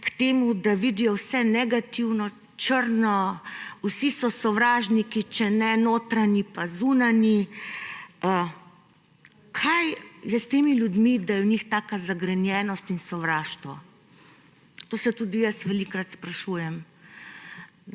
k temu, da vidijo vse negativno, črno, vsi so sovražniki, če ne notranji pa zunanji. Kaj je s temi ljudmi, da je v njih taka zagrenjenost in sovraštvo? To se tudi jaz velikokrat sprašujem.